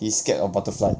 he is scared of butterfly